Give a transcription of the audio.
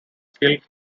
killed